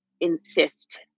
insist